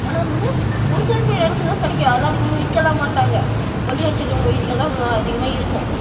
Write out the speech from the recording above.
ஆனால் அது வந்து ஒரு குறிப்பிட்ட இடத்துலதான் கிடைக்கும் அதெலாம் அதிகமாக விற்கலாம் மாட்டாங்க கொள்ளி வச்சுருக்கவங்க வீட்டில்தான் அதிகமாக இருக்கும்